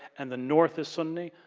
and the north is suni,